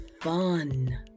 fun